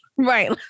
Right